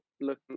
look